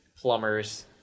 plumbers